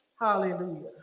Hallelujah